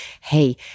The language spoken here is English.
hey